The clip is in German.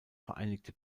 vereinigte